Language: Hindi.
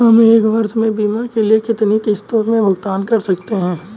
हम एक वर्ष में बीमा के लिए कितनी किश्तों में भुगतान कर सकते हैं?